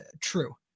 true